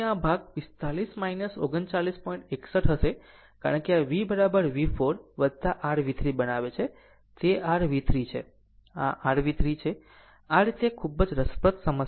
61 હશે કારણ કે VV4 r V3 બનાવે છે તે r V 3 છે આ r V 3 છે આ રીતે આ ખૂબ જ રસપ્રદ સમસ્યા છે